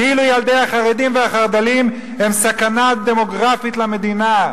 כאילו ילדי החרדים והחרד"לים הם סכנה דמוגרפית למדינה,